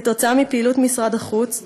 כתוצאה מפעילות משרד החוץ,